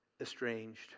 estranged